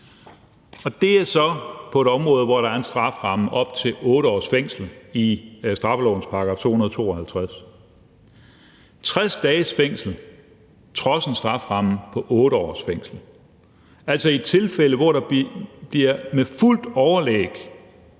er der tale om et område, hvor der er en strafferamme på op til 8 års fængsel i straffelovens § 252, men han fik 60 dages fængsel trods en strafferamme på 8 års fængsel. Det er altså i et tilfælde, hvor der med fuldt overlæg